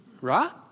Right